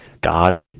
God